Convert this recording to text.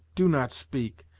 do not speak!